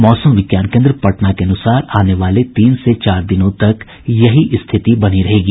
मौसम विज्ञान केन्द्र पटना के अनुसार आने वाले तीन से चार दिनों तक यही स्थिति बनी रहेगी